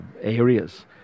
areas